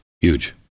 Huge